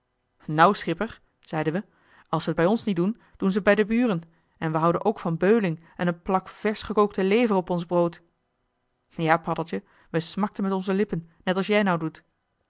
nou schipper zeiden we als ze t bij ons niet doen doen ze t bij de buren en we houden ook van beuling en een plak versch gekookte lever op ons brood ja paddeltje we smakten met onze lippen net als jij nou doet